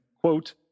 quote